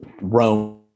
Rome